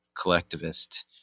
collectivist